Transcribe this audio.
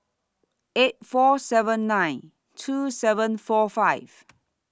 eight four seven nine two seven four five